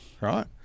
Right